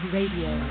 Radio